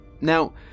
Now